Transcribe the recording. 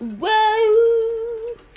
Whoa